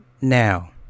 Now